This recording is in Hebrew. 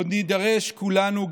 עוד נידרש כולנו,